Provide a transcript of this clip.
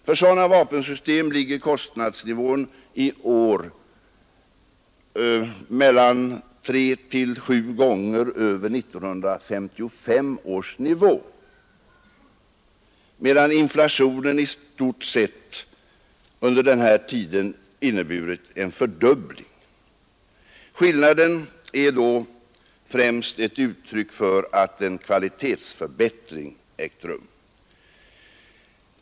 För sådana vapensystem ligger kostnadsnivån i år mellan tre och sju gånger över 1955 års nivå, medan inflationen i stort sett under denna tid inneburit en fördubbling av priserna. Skillnaden är främst ett uttryck för att en kvalitetsförbättring ägt rum.